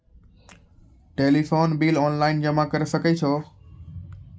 Telephone bill online जमा करै सकै छौ?